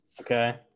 Okay